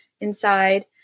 inside